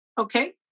okay